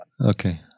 Okay